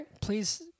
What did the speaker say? Please